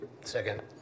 Second